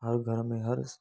हर घर में हर शइ